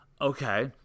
Okay